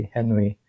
Henry